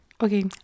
okay